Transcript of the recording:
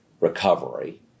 recovery